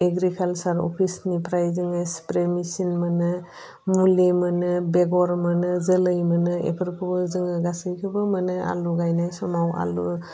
agriculture अफिसनिफ्राय जोङो spray machine मोनो मुलि मोनो बेगर मोनो जोलै मोनो बेफोरखौबो जोङो गासैखौबो मोनो आलु गायनाय समाव आलु